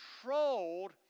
controlled